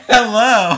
Hello